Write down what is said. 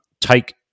Take